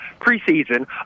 preseason